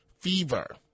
fever